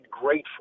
grateful